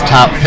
Top